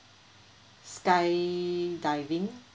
skydiving